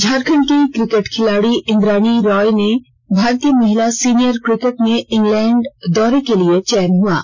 झारखंड की क्रिकेट खिलाड़ी इंद्राणी रॉय का भारतीय महिला सीनियर क्रिकेट में इंगलैंड दौरे के लिए चयन हुआ है